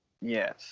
Yes